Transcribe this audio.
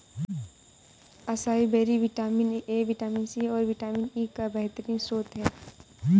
acai berry vitamin A, vitamin C, और vitamin E का बेहतरीन स्त्रोत है